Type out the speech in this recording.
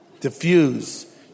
Diffuse